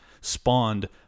spawned